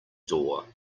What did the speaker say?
door